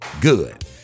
Good